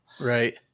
right